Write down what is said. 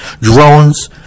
drones